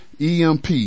emp